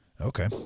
okay